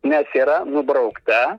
nes yra nubraukta